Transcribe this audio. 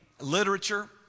literature